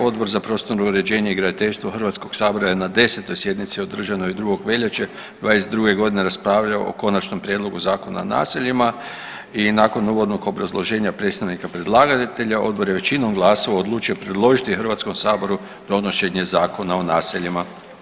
Odbor za prostorno uređenje i graditeljstvo Hrvatskog sabora je na 10 sjednici održanoj 2. veljače 2022. godine raspravljao o Konačnom prijedlogu Zakona o naseljima i nakon uvodnog obrazloženja predstavnika predlagatelja Odbor je većinom glasova odlučio predložiti Hrvatskom saboru donošenje Zakona o naseljima.